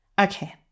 Okay